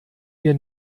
wir